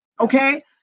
okay